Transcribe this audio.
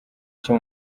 icyo